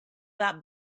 that